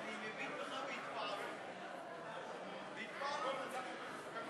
חברי הכנסת.